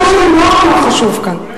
מאוד חשוב כאן.